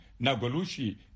Nagolushi